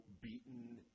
beaten